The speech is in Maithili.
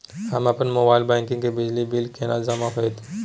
अपन मोबाइल बैंकिंग से बिजली बिल केने जमा हेते?